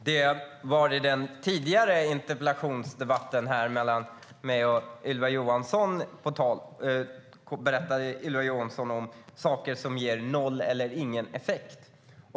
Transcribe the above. Fru talman! I den tidigare interpellationsdebatten mellan mig och Ylva Johansson nämnde hon saker som ger noll eller ingen effekt.